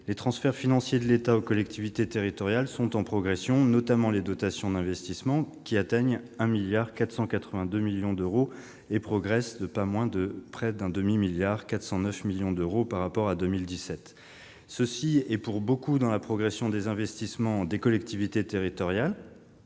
les transferts financiers de l'État aux collectivités territoriales sont en progression, notamment les dotations d'investissement, qui atteignent 1,482 milliard d'euros, et progressent de 409 millions d'euros par rapport à 2017. Cela est pour beaucoup dans la progression des investissements des collectivités territoriales